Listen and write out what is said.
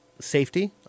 safety